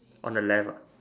on the left ah